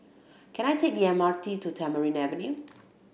can I take the M R T to Tamarind Avenue